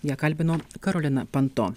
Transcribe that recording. ją kalbino karolina panto